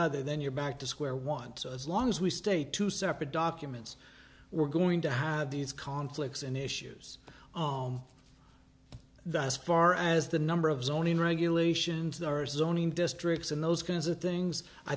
other then you're back to square one so as long as we stay two separate documents we're going to have these conflicts and issues oh oh thus far as the number of zoning regulations there are zoning districts and those kinds of things i